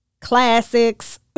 classics